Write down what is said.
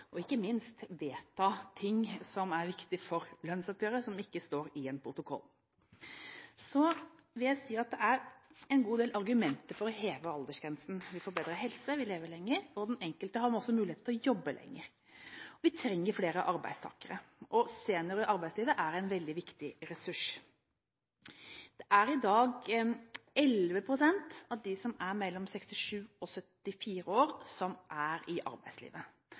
og ikke minst vedta ting som er viktig for lønnsoppgjøret som ikke står i en protokoll. Så vil jeg si at det er en god del argumenter for å heve aldersgrensen: Vi får bedre helse, vi lever lenger, og den enkelte har masse muligheter til å jobbe lenger. Vi trenger flere arbeidstakere, og seniorer i arbeidslivet er en veldig viktig ressurs. Det er i dag 11 pst. av dem som er mellom 67 og 74 år, som er i arbeidslivet.